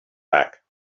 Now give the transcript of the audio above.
back